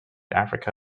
africa